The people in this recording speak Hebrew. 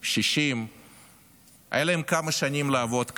60. היו להם כמה שנים לעבוד כאן,